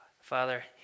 Father